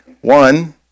One